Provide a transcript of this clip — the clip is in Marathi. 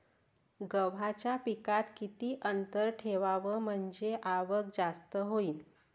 गव्हाच्या पिकात किती अंतर ठेवाव म्हनजे आवक जास्त होईन?